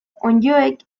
onddoek